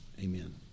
amen